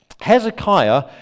Hezekiah